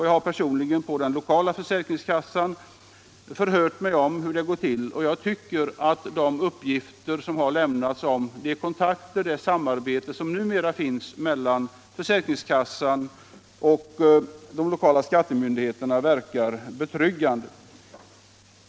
Jag har personligen förhört mig om hur det går till på den lokala försäkringskassan, och enligt de uppgifter jag har fått verkar kontrollen nu vara betryggande.